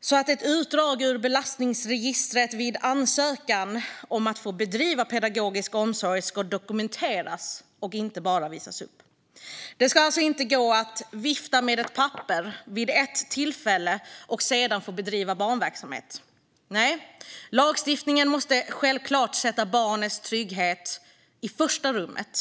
så att ett utdrag ur belastningsregistret vid ansökan om att få bedriva pedagogisk omsorg ska dokumenteras och inte bara visas upp. Det ska alltså inte gå att vifta med ett papper vid ett enda tillfälle och sedan få bedriva barnverksamhet. Nej - lagstiftningen måste självklart sätta barnets trygghet i första rummet.